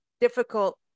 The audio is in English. difficult